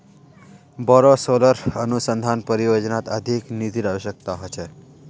बोरो सोलर अनुसंधान परियोजनात अधिक निधिर अवश्यकता ह छेक